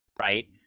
Right